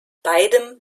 beidem